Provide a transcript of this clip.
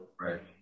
right